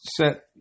set